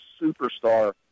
superstar